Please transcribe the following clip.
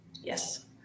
Yes